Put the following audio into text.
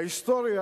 ההיסטוריה,